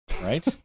right